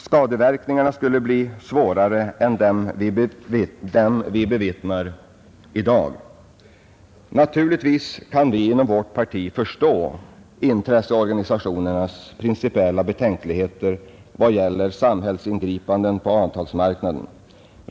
Skadeverkningarna skulle bli svårare än dem vi bevittnar i dag. Naturligtvis kan vi inom vårt parti förstå intresseorganisationernas principiella betänkligheter vad det gäller samhällsingripanden på avtalsmarknaden.